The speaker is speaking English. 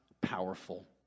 powerful